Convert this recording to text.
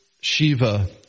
Shiva